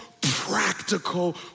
practical